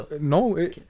No